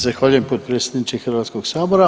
Zahvaljujem potpredsjedniče Hrvatskog sabora.